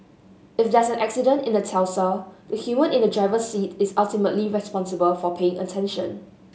if there's an accident in a Tesla the human in the driver's seat is ultimately responsible for paying attention